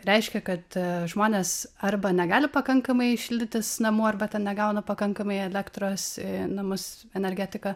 reiškia kad žmonės arba negali pakankamai šildytis namų arba ten negauna pakankamai elektros į namus energetika